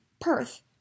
Perth